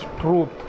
truth